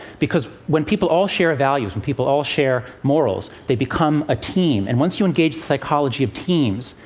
because when people all share values, when people all share morals, they become a team. and once you engage the psychology of teams,